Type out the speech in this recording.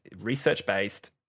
research-based